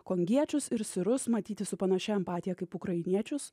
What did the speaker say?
kongiečius ir sirus matyti su panašia empatija kaip ukrainiečius